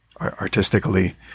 artistically